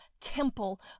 temple